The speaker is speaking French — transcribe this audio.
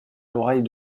l’oreille